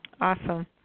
Awesome